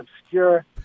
obscure